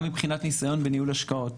גם מבחינת ניסיון בניהול השקעות,